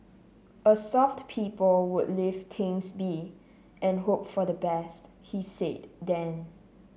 a soft people would leave things be and hope for the best he said then